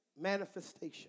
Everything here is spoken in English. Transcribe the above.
manifestation